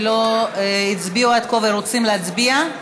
שלא הצביע עד כה ורוצה להצביע?